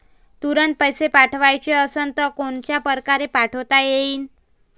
तुरंत पैसे पाठवाचे असन तर कोनच्या परकारे पाठोता येईन?